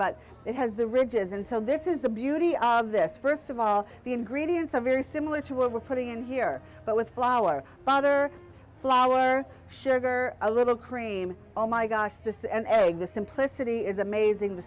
but it has the ridges and so this is the beauty of this first of all the ingredients are very similar to what we're putting in here but with flour father flour sugar a little cream oh my gosh this is an egg the simplicity is amazing the